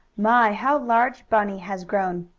my! how large bunny has grown!